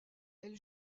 elle